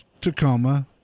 Tacoma